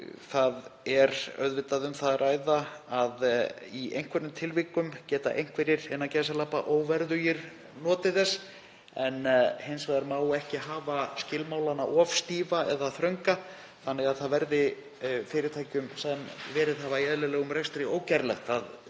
það er að ræða að í einhverjum tilvikum geta einhverjir „óverðugir“ notið þess, en hins vegar má ekki hafa skilmálana of stífa eða þrönga þannig að það verði fyrirtækjum sem verið hafa í eðlilegum rekstri ógerlegt